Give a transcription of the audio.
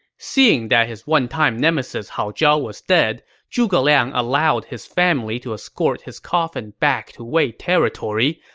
seeing that his one-time nemesis hao zhao was dead, zhuge liang allowed his family to escort his coffin back to wei territory,